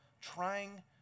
trying